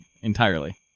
entirely